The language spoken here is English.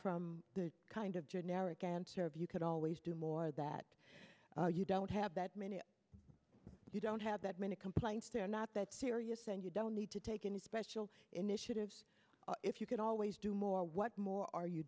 from the kind of generic answer of you could always do more that you don't have that many if you don't have that many complaints they're not that serious and you don't need to take any special initiatives if you can always do more what more are you